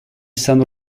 san